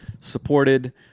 supported